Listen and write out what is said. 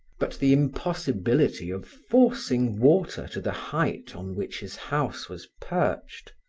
but the impossibility of forcing water to the height on which his house was perched,